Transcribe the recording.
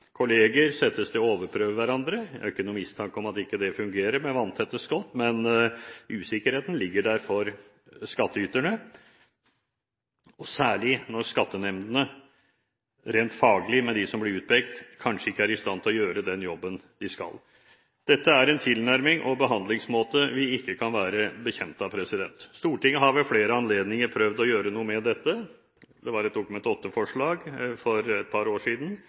kolleger settes til å overprøve hverandre. Jeg har ingen mistanke om at dette ikke fungerer med vanntette skott, men usikkerheten ligger der for skattyterne, særlig når skattenemndene rent faglig – med dem som blir utpekt – kanskje ikke er i stand til å gjøre den jobben de skal. Dette er en tilnærming og en behandlingsmåte vi ikke kan være bekjent av. Stortinget har ved flere anledninger prøvd å gjøre noe med dette. Et Dokument 8-forslag fra Fremskrittspartiet for et par år siden